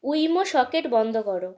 Wemo socket বন্ধ করো